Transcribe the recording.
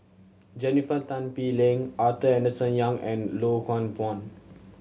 Jennifer Tan Bee Leng Arthur Henderson Young and Loh Hoong Kwan